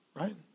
Right